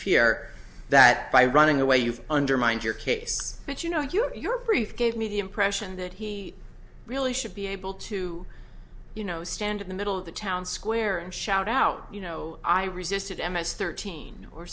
here that by running away you've undermined your case that you know your brief gave me the impression that he really should be able to you know stand in the middle of the town square and shout out you know i resisted emma's thirteen or